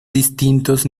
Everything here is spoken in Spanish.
distintos